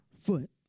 foot